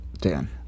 Dan